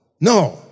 no